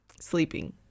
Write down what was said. sleeping